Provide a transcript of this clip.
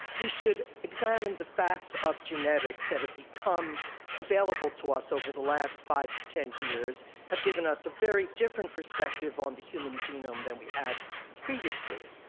we should examine the facts of genetics that have become available to us over the last five to ten years, have given us a very different perspective on the human genome than we had previously.